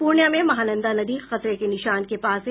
पूर्णिया में महानंदा नदी खतरे के निशान के पास है